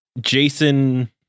Jason